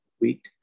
week